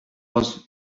was